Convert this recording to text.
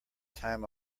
time